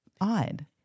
odd